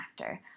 actor